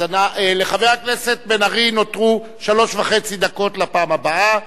לחבר הכנסת בן-ארי נותרו שלוש דקות וחצי לפעם הבאה.